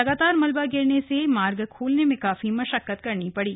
लगातार मलबा गिरने से मार्ग खोलने में काफी मशक्कत करनी पड़ी